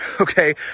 okay